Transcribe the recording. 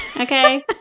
Okay